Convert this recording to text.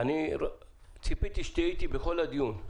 בוא, אני ציפיתי שתהיה איתי בכל הדיון.